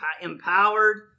empowered